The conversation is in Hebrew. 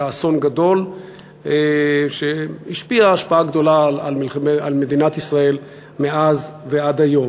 היה אסון גדול שהשפיע השפעה גדולה על מדינת ישראל מאז ועד היום.